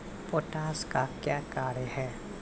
Potash का क्या कार्य हैं?